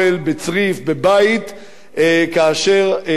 כאשר אסור, חס וחלילה, לפגוע בהם.